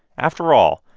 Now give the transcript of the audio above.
after all,